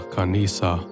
Kanisa